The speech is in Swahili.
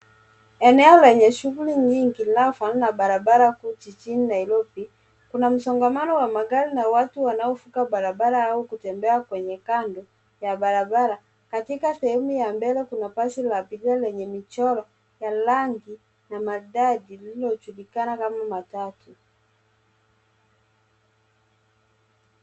Eneo lenye shughuli nyingi linalofanana na barabara kuu jijini Nairobi, kuna msongamano wa magari na watu wanaovuka barabara au kutembea kwenye kando ya barabara. Katika sehemu ya mbele kuna basi la abiria lenye michoro ya rangi na mataa lililojulikana kama matatu.